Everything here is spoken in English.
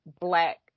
black